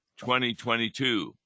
2022